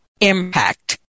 impact